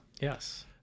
Yes